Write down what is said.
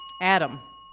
Adam